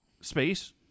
space